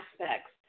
aspects